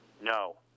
No